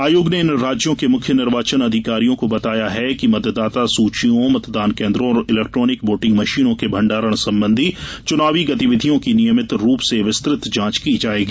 आयोग ने इन राज्यों के मुख्य चुनाव अधिकारियों को बताया है कि मतदाता सूचियोंमतदान केन्द्रों और इलेक्ट्रॉनिक वोटिंग मशीनों के भंडारण संबधी चुनावी गतिविधियों की नियमित रूप से विस्तृत जांच की जायेगी